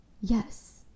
yes